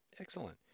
excellent